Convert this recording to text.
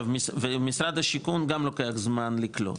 ומשרד השיכון גם לוקח זמן לקלוט,